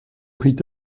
prit